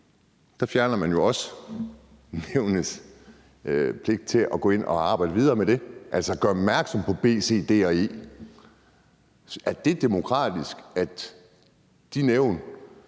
Der fjerner man jo også nævnets pligt til at gå ind og arbejde videre med det, altså gøre opmærksom på B, C, D og E. Er det demokratisk, at de nævn,